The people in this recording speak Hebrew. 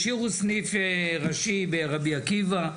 השאירו סניף ראשי ברבי עקיבא.